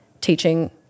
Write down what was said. teaching